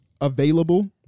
available